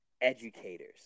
educators